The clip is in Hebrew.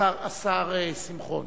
השר שמחון,